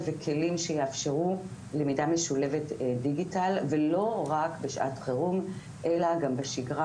וכלים שיאפשרו למידה משולבת דיגיטל ולא רק בשעת חירום אלא גם בשגרה.